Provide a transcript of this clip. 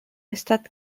estat